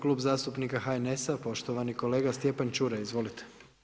Klub zastupnika HNS-a, poštovani kolega Stjepan Čuraj, izvolite.